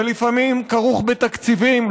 זה לפעמים כרוך בתקציבים,